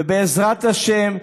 ובעזרת השם,